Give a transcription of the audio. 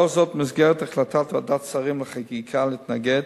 לאור זאת, במסגרת החלטת ועדת שרים לחקיקה להתנגד